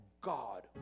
God